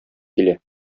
килә